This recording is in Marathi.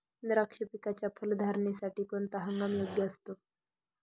द्राक्ष पिकाच्या फलधारणेसाठी कोणता हंगाम योग्य असतो?